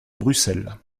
bruxelles